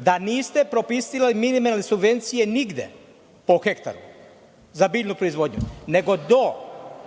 da niste propisivali minimalne subvencije nigde po hektaru za biljnu proizvodnju, nego do